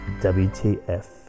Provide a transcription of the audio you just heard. WTF